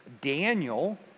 Daniel